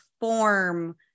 form